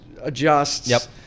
adjusts